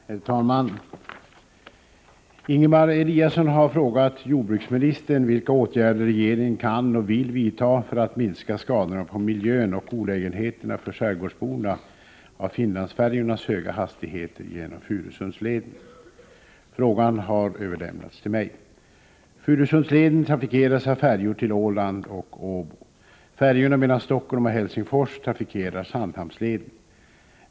Herr talman! Ingemar Eliasson har frågat jordbruksministern vilka åtgärder regeringen kan och vill vidta för att minska skadorna på miljön och olägenheterna för skärgårdsborna av Finlandsfärjornas höga hastigheter genom Furusundsleden. Frågan har överlämnats till mig. Furusundsleden trafikeras av färjor till Åland och Åbo. Färjorna mellan Stockholm och Helsingfors trafikerar Sandhamnsleden.